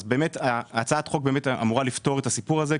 אז הצעת החוק באמת אמורה לפתור את הסיפור הזה,